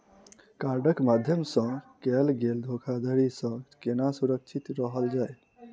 कार्डक माध्यम सँ कैल गेल धोखाधड़ी सँ केना सुरक्षित रहल जाए?